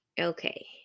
Okay